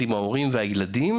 ההורים והילדים,